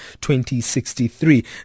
2063